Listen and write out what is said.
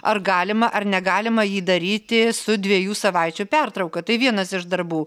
ar galima ar negalima jį daryti su dviejų savaičių pertrauka tai vienas iš darbų